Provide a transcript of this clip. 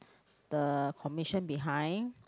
the commission behind